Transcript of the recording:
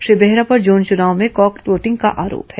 श्री बेहरा पर जोन चुनाव में क्रॉस वोटिंग करने का आरोप है